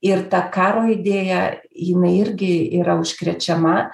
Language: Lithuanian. ir ta karo idėja jinai irgi yra užkrečiama